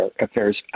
affairs